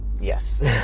Yes